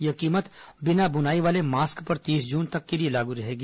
यह कीमत बिना बुनाई वाले मास्क पर तीस जून तक के लिए लागू रहेगी